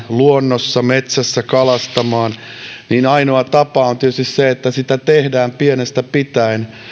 luonnossa ja metsässä ja kalastaa niin ainoa tapa on tietysti se että sitä tehdään pienestä pitäen